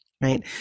right